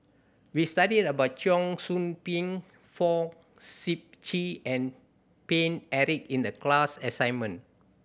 we studied about Cheong Soon Ping Fong Sip Chee and Paine Eric in the class assignment